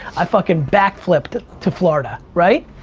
i fuckin back flipped to florida, right?